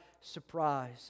surprise